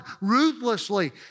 ruthlessly